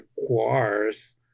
requires